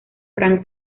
frank